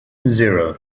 zero